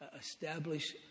establish